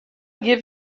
give